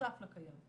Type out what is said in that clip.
בנוסף לקיים.